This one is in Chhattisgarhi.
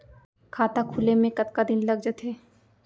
खाता खुले में कतका दिन लग जथे?